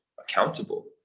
accountable